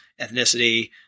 ethnicity